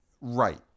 Right